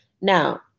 Now